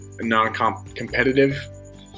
non-competitive